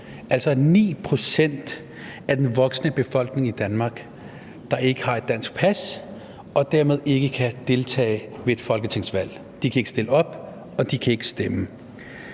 altså 9 pct. af den voksne befolkning i Danmark, der ikke har et dansk pas, og som dermed ikke kan deltage ved et folketingsvalg. De kan ikke stille op, og de kan ikke stemme.